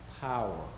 power